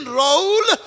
role